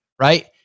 right